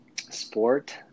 sport